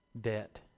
debt